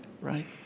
right